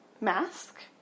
mask